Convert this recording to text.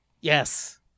Yes